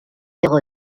zéro